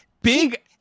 Big